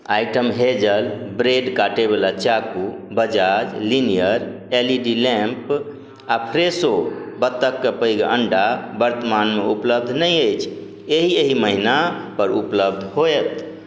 item hazel bread काटैवला चाकू Bajaj linear L E D lamp आओर फ्रेशो बत्तखके पैघ अण्डा वर्तमानमे उपलब्ध नहि अछि एहि एहि महिनापर उपलब्ध होएत